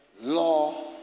law